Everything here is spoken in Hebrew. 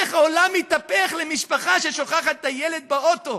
איך העולם מתהפך למשפחה ששוכחת את הילד באוטו